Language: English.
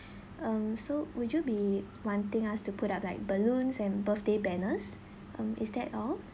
mm so would you be wanting us to put up like balloons and birthday banners um is that all